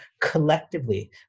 collectively